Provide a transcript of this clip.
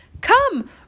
Come